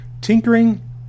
Tinkering